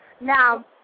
Now